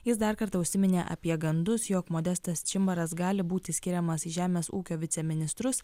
jis dar kartą užsiminė apie gandus jog modestas čimbaras gali būti skiriamas į žemės ūkio viceministrus